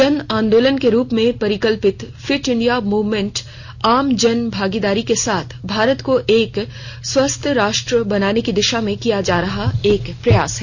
जन आंदोलन के रूप में परिकल्पित श्फिट इंडिया मुवमेंटश् आम जन की भागीदारी के साथ भारत को एक स्वस्थ राष्ट्र बनाने की दिशा में किया जा रहा एक प्रयास है